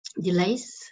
delays